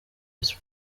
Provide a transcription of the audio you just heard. ice